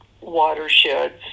watersheds